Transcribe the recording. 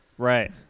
Right